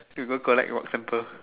one collect rocks sample